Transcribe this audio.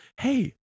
Hey